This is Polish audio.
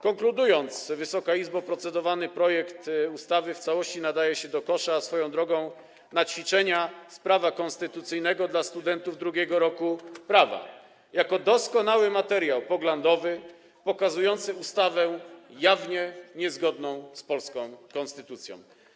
Konkludując, Wysoka Izbo, procedowany projekt ustawy w całości nadaje się do kosza, a swoją drogą - na ćwiczenia z prawa konstytucyjnego dla studentów II roku prawa, jako doskonały materiał poglądowy pokazujący ustawę jawnie niezgodną z polską konstytucją.